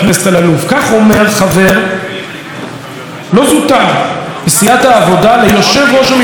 כך אומר חבר לא זוטר בסיעת העבודה ליושב-ראש המפלגה שלו,